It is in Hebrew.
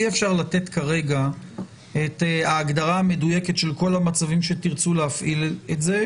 אי אפשר לתת כרגע את ההגדרה המדויקת של כל המצבים שתרצו להפעיל את זה,